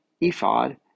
ephod